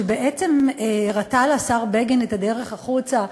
שבעצם הראתה לשר בגין את הדרך החוצה,